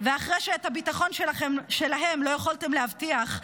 ואחרי שאת הביטחון שלהם לא יכולתם להבטיח,